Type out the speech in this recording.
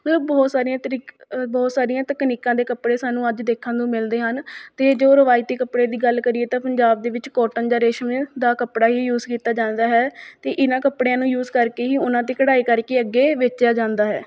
ਮਤਲਬ ਬਹੁਤ ਸਾਰੀਆਂ ਤਰੀ ਬਹੁਤ ਸਾਰੀਆਂ ਤਕਨੀਕਾਂ ਦੇ ਕੱਪੜੇ ਸਾਨੂੰ ਅੱਜ ਦੇਖਣ ਨੂੰ ਮਿਲਦੇ ਹਨ ਅਤੇ ਜੋ ਰਿਵਾਇਤੀ ਕੱਪੜੇ ਦੀ ਗੱਲ ਕਰੀਏ ਤਾਂ ਪੰਜਾਬ ਦੇ ਵਿੱਚ ਕੋਟਨ ਜਾਂ ਰੇਸ਼ਮ ਦਾ ਕੱਪੜਾ ਹੀ ਯੂਸ ਕੀਤਾ ਜਾਂਦਾ ਹੈ ਅਤੇ ਇਹਨਾਂ ਕੱਪੜਿਆਂ ਨੂੰ ਯੂਸ ਕਰਕੇ ਹੀ ਉਹਨਾਂ 'ਤੇ ਕਢਾਈ ਕਰਕੇ ਅੱਗੇ ਵੇਚਿਆ ਜਾਂਦਾ ਹੈ